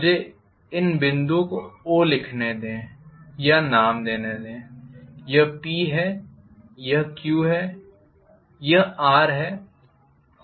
मुझे इन बिंदुओं को O लिखने दें या नाम देने दें यह Pहै यह Q है यह Rहै और यह S है